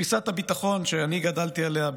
תפיסת הביטחון שאני גדלתי עליה,